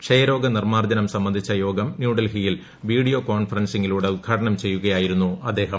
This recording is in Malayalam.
ക്ഷയരോഗ നിർമ്മാർജ്ജനം സംബന്ധിച്ച യോഗം ന്യൂഡൽഹിയിൽ വീഡിയോ കോൺഫറൻസിങ്ങിലൂടെ ഉദ്ഘാടനം ചെയ്യുകയായിരുന്നു അദ്ദേഹം